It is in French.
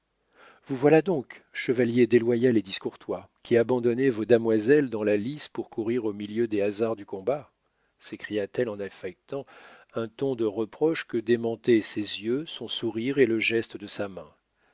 vous voilà donc chevalier déloyal et discourtois qui abandonnez vos damoiselles dans la lice pour courir au milieu des hasards du combat s'écria-t-elle en affectant un ton de reproche que démentaient ses yeux son sourire et le geste de sa main